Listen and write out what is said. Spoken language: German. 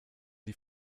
die